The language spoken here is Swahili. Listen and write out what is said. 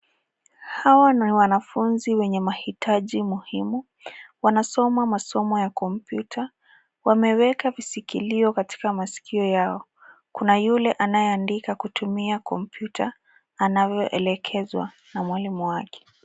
Hawa ni wanafunzi wenye mahitaji muhimu. Wanasoma masomo ya kompyuta, wameweka visikilio katika masikio yao. Kuna yule anayeandika kutumia kompyuta anavyoelekezwa na mwalimu wake.